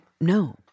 No